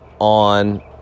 on